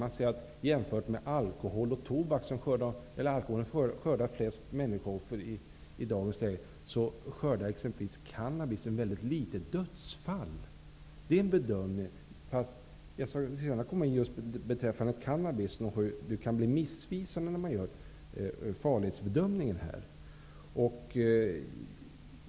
Man säger att jämfört med alkohol och tobak, där alkoholen skördar flest människooffer i dagens läge, är exempelvis cannabis orsak till ett mycket litet antal dödsfall. Det är bedömningen. Just beträffande cannabis kan farlighetsbedömningen bli missvisande.